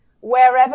wherever